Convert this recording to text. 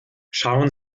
schauen